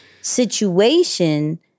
situation